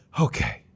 okay